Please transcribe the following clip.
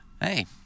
Hey